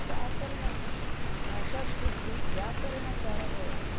व्याकरणं भाषाशुद्धिः व्याकरणद्वारा भवति